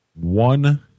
one